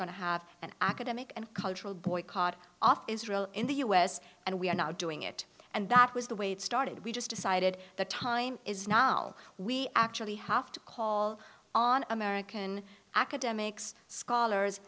going to have an academic and cultural boycott off israel in the u s and we are not doing it and that was the way it started we just decided the time is now we actually have to call on american academics scholars